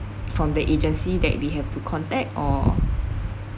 from the agency that we have to contact or